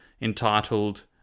entitled